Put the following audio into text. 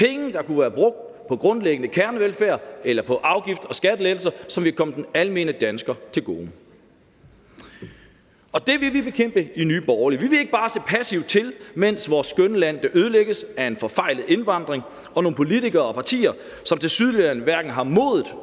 penge, der kunne være brugt på grundlæggende kernevelfærd eller på afgifts- og skattelettelser, som vil komme den almene dansker til gode. Det vil vi bekæmpe i Nye Borgerlige. Vi vil ikke bare se passivt til, mens vores skønne land ødelægges af en forfejlet indvandringspolitik og nogle politikere og partier, som tilsyneladende hverken har modet